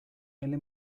nelle